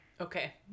Okay